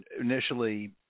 initially